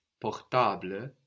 portable